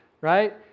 Right